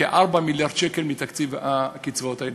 כ-4 מיליארד שקל מתקציב קצבאות הילדים.